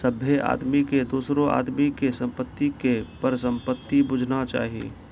सभ्भे आदमी के दोसरो आदमी के संपत्ति के परसंपत्ति बुझना चाही